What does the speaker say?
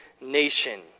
nation